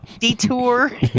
detour